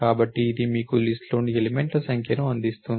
కాబట్టి ఇది మీకు లిస్ట్ లోని ఎలిమెంట్ల సంఖ్యను అందిస్తుంది